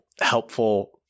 helpful